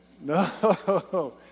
no